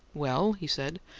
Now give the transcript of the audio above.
well, he said,